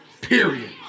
Period